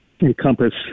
encompass